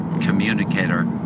communicator